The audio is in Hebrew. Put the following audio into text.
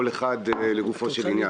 כל אחד לגופו של עניין.